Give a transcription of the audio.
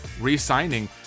re-signing